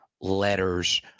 letters